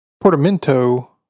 Portamento